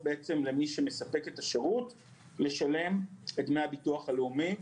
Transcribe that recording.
למי שמספק את השירות לשלם את דמי הביטוח הלאומי.